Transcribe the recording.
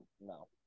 no